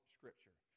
Scripture